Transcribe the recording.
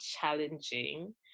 challenging